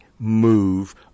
Move